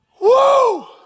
Woo